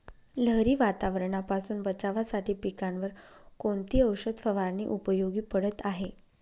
लहरी वातावरणापासून बचावासाठी पिकांवर कोणती औषध फवारणी उपयोगी पडत आहे?